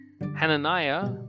Hananiah